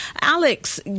Alex